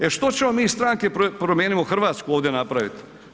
E, što ćemo mi iz Stranke Promijenimo Hrvatsku ovdje napravit?